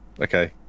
Okay